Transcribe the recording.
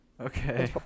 Okay